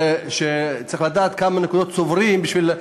צריך לדעת כמה נקודות צוברים בשביל,